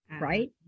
right